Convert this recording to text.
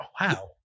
Wow